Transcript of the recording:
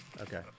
okay